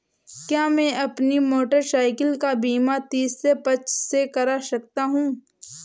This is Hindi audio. क्या मैं अपनी मोटरसाइकिल का बीमा तीसरे पक्ष से करा सकता हूँ?